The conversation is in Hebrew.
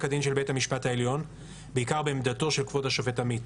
הדין של בית המשפט העליון בעיקר בעמדתו של כבוד השופט עמית.